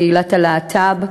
קהילת הלהט"ב,